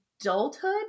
adulthood